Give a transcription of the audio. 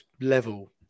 level